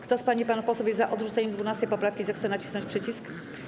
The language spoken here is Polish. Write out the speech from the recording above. Kto z pań i panów posłów jest za odrzuceniem 12. poprawki, zechce nacisnąć przycisk.